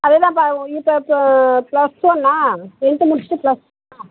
அது தான்ப்பா இப்போப்ப ப்ளஸ் ஒன்னா டென்த்து முடிச்சுட்டு ப்ளஸ் ஒன்னா